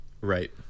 Right